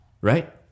Right